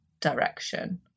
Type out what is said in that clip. direction